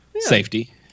safety